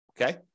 Okay